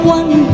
one